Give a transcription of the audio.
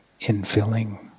infilling